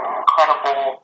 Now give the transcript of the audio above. incredible